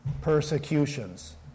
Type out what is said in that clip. Persecutions